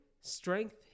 strength